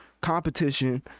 competition